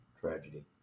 Tragedy